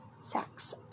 sex